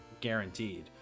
guaranteed